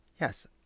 yes